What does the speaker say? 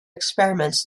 experiments